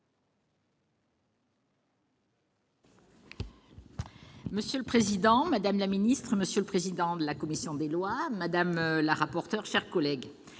Monsieur le président, madame la ministre, monsieur le président de la commission des lois, madame la rapporteur, mes chers collègues,